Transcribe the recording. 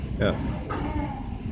Yes